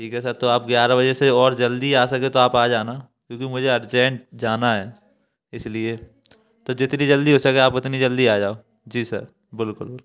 ठीक है सर तो आप ग्यारह बजे से और जल्दी आ सके तो आप आ जाना क्योंकि मुझे अर्जेंट जाना है इसलिए तो जितनी जल्दी हो सके आप उतनी जल्दी आ जाओ जी सर बिल्कुल